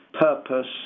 purpose